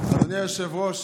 אדוני היושב-ראש,